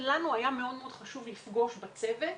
היה לנו מאוד חשוב לפגוש את הצוות,